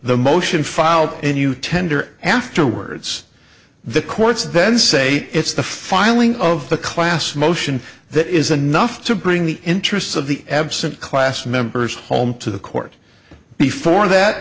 the motion filed and you tender afterwards the courts then say it's the filing of the class motion that is enough to bring the interests of the absent class members home to the court before that